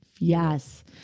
Yes